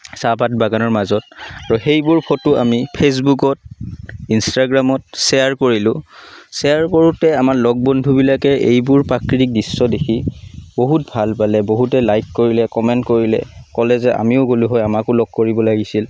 চাহপাত বাগানৰ মাজত তহ সেইবোৰ ফটো আমি ফেচবুকত ইনষ্ট্ৰাগ্ৰামত শ্বেয়াৰ কৰিলোঁ শ্বেয়াৰ কৰোঁতে আমাৰ লগ বন্ধুবিলাকে এইবোৰ প্ৰাকৃতিক দৃশ্য দেখি বহুত ভাল পালে বহুত লাইক কৰিলে বহুতে কমেণ্ট কৰিলে ক'লে আমিও গ'লো হয় আমাকো লগ কৰিব লাগিছিল